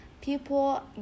people